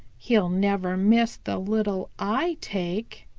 he'll never miss the little i take.